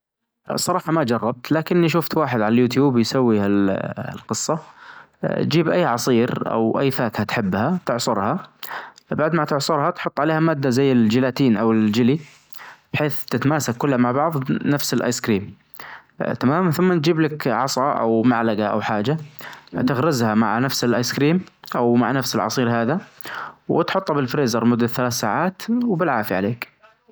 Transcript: صراحة ما جربت لكن شوفت واحد عاليوتيوب يسوى هال-هالقصة، چيب أى عصير أو أى فاكهة تحبها تعصرها بعد ما تعصرها تحط عليها مادة زى الچيلاتين أو الچيلى بحيث تتماسك كلها مع بعض نفس الأيس كريم تمام ثم تجيبلك عصا أو معلجة أو حاچة تغرزها مع نفس الأيس كريم أو مع نفس العصير هذا وتحطها بالفريزر لمدة ثلاث ساعات وبالعافية عليك.